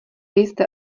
jste